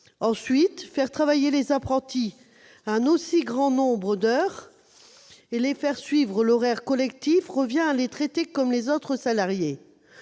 Ensuite, faire travailler les apprentis un aussi grand nombre d'heures et leur faire suivre l'horaire collectif revient à les traiter comme les autres salariés.